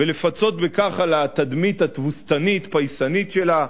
ולפצות בכך על התדמית התבוסתנית-פייסנית שלה,